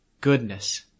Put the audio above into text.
goodness